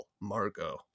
Margot